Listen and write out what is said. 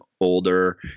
older